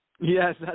Yes